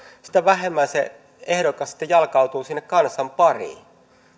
sitä vähemmän se ehdokas sitten jalkautuu sinne kansan pariin